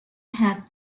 had